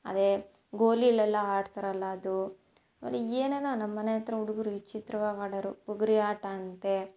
ಅದೇ ಗೋಲಿಲೆಲ್ಲ ಆಡ್ತಾರಲ್ಲ ಅದು ಅದು ಏನೇನೋ ನಮ್ಮ ಮನೆ ಹತ್ರ ಹುಡುಗರು ವಿಚಿತ್ರವಾಗಿ ಆಡೋರು ಬುಗುರಿ ಆಟ ಅಂತೆ